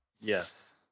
Yes